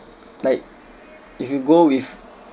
like if you go with